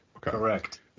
Correct